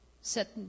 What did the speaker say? set